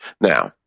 now